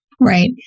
Right